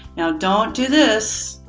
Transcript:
now don't do this.